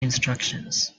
instructions